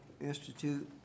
institute